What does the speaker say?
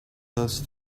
those